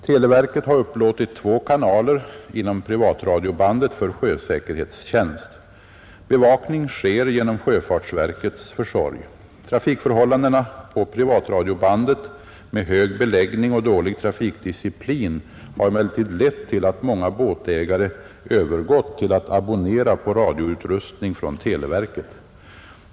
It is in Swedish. Televerket har upplåtit två kanaler inom privatradiobandet för sjösäkerhetstjänst. Bevakning sker genom sjöfartsverkets försorg. Trafikförhållandena på privatradiobandet med hög beläggning och dålig trafikdisciplin har emellertid lett till att många båtägare övergått till att abonnera på radioutrustning från televerket.